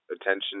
attention